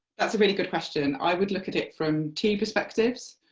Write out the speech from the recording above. that's a really good question, i would look at it from two perspectives,